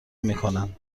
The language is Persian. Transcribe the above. میکنند